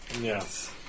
Yes